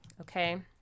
Okay